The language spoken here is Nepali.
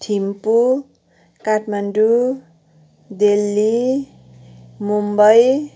थिम्पू काठमाडौँ दिल्ली मुम्बई